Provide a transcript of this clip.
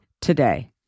today